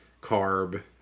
carb